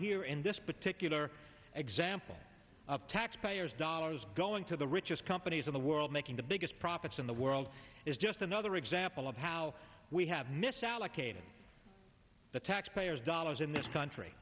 here in this particular example of taxpayers dollars going to the richest companies in the world making the biggest profits in the world is just another example of how we have misallocating the taxpayers dollars in this country